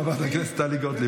חברת הכנסת טלי גוטליב,